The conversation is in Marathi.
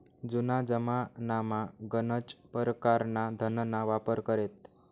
जुना जमानामा गनच परकारना धनना वापर करेत